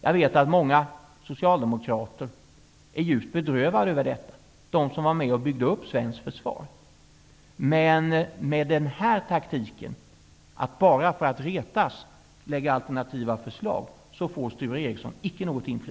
Jag vet att många socialdemokrater som var med och byggde upp det svenska försvaret är djupt bedrövade över detta. Med taktiken att lägga fram alternativa förslag bara för att retas får